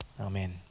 Amen